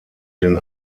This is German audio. den